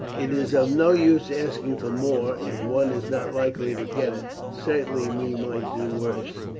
it is of no use asking for more if one is not likely to get it certainly we might do worse.